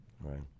Right